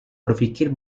berfikir